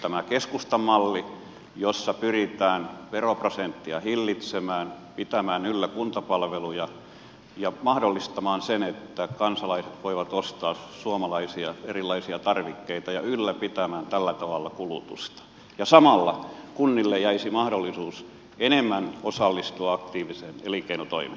tässä keskustan mallissa pyritään veroprosenttia hillitsemään pitämään yllä kuntapalveluja ja mahdollistamaan se että kansalaiset voivat ostaa erilaisia suomalaisia tarvikkeita ja ylläpitämään tällä tavalla kulutusta ja samalla kunnille jäisi mahdollisuus enemmän osallistua aktiivisesti elinkeinotoimintaan